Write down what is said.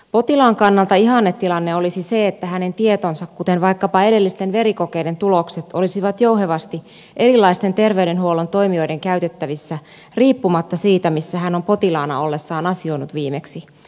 potilaan kannalta ihannetilanne olisi se että hänen tietonsa kuten vaikkapa edellisten verikokeiden tulokset olisivat jouhevasti erilaisten terveydenhuollon toimijoiden käytettävissä riippumatta siitä missä hän on potilaana ollessaan asioinut viimeksi